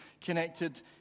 connected